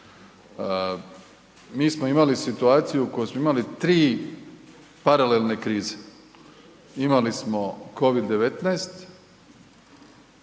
Mi smo imali situaciju koju smo imali 3 paralelne krize. Imali smo Covid-19